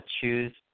choose